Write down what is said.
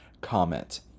comment